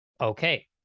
Okay